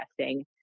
testing